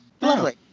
lovely